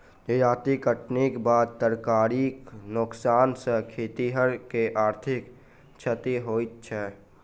जजाति कटनीक बाद तरकारीक नोकसान सॅ खेतिहर के आर्थिक क्षति होइत छै